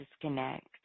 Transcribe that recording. disconnect